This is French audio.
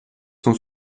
sont